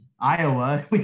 Iowa